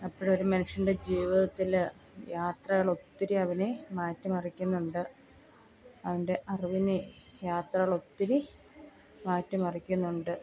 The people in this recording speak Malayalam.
അപ്പോൾ ഒരു മനുഷ്യൻ്റെ ജീവിതത്തിൽ യാത്രകളൊത്തിരി അവനെ മാറ്റി മറിക്കുന്നുണ്ട് അവൻ്റെ അറിവിനെ യാത്രകൾ ഒത്തിരി മാറ്റിമറിക്കുന്നുണ്ട്